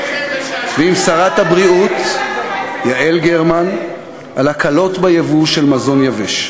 ועם שרת הבריאות יעל גרמן על הקלות בייבוא של מזון יבש.